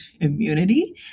immunity